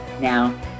Now